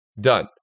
Done